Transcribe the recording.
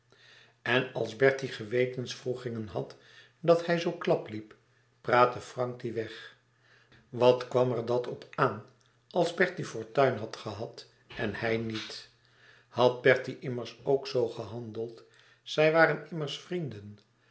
en als bertie gewetenswroegingen had dat hij zoo klap liep praatte frank die weg wat kwam er dat op aan als bertie fortuin had gehad en hij niet had bertie immers ook zoo gehandeld zij waren immers vrienden